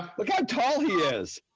look how tall he is!